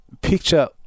picture